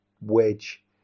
wedge